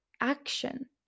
action